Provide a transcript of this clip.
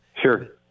Sure